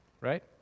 Right